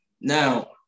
Now